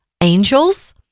angels